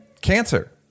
cancer